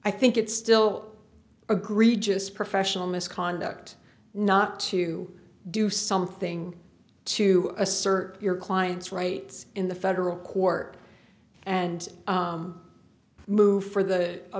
i think it's still agree just professional misconduct not to do something to assert your client's rights in the federal court and move for th